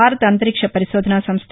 భారత అంతరిక్ష పరిశోధన సంస్ద